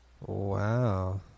Wow